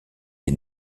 des